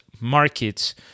markets